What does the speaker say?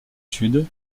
sud